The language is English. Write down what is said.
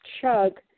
chug